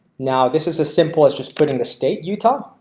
now, this is a simple as just putting the state utah,